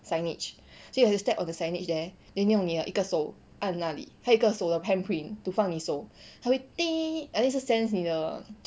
signage so you have to step on the signage there then 你用你的手按那里它有一个手的 handprint to 放你手它会 after that sense 你的